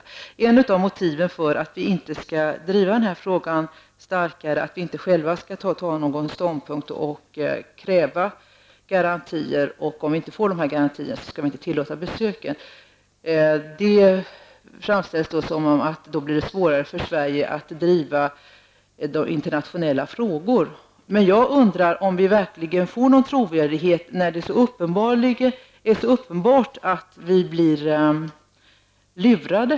Det framställs som ett av motiven för att vi inte skall driva den här frågan starkare att det då blir svårare för Sverige att driva de internationella frågorna. Därför skall vi inte inta någon ståndpunkt och kräva garantier -- dessa besök borde inte tillåtas utan garantier. Men jag undrar om vi verkligen får någon trovärdighet när det är så uppenbart att vi blir lurade.